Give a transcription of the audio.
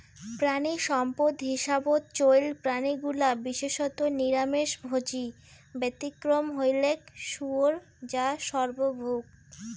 প্রাণীসম্পদ হিসাবত চইল প্রাণীগুলা বিশেষত নিরামিষভোজী, ব্যতিক্রম হইলেক শুয়োর যা সর্বভূক